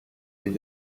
they